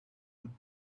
would